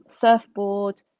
surfboard